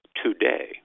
today